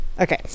Okay